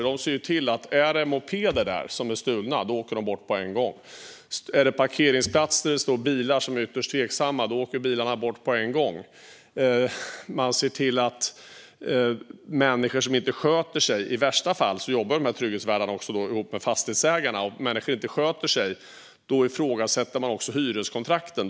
Är det mopeder som är stulna ser de till att de åker bort på en gång. Står det ytterst tveksamma bilar på en parkeringsplats åker de bilarna bort på en gång. I värsta fall jobbar trygghetsvärdarna ihop med fastighetsägarna. Om människor inte sköter sig ifrågasätter man hyreskontrakten.